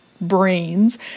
brains